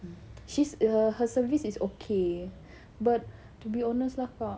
she's err her service is okay but to be honest lah kak